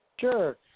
Sure